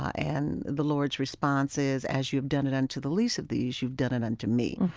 and the lord's response is, as you've done it unto the least of these you've done it unto me.